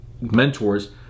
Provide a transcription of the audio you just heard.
mentors